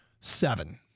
Seven